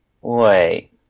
wait